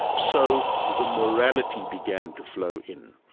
so the morality began to flow in.